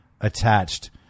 attached